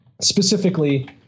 specifically